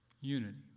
Unity